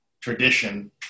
tradition